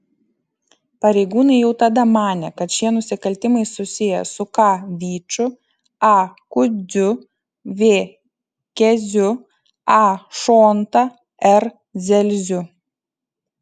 pareigūnai jau tada manė kad šie nusikaltimai susiję su k vyču a kudziu v keziu a šonta r dzelziu